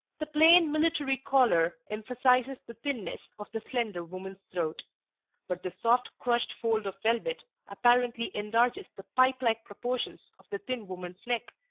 the plain, military collar emphasizes the thinness of the slender woman's throat but the soft crushed fold of velvet apparently enlarges the pipe-like proportions of the thin woman's neck,